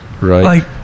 right